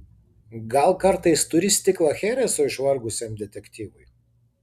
gal kartais turi stiklą chereso išvargusiam detektyvui